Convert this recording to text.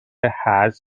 هرز